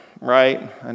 right